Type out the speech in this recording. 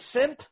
simp –